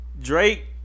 Drake